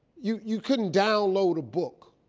you you couldn't download a book.